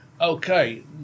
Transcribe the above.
Okay